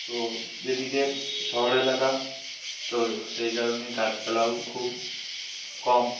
তো এদিকে শহর এলাকা তো সেই কারণে গাছপালাও খুব কম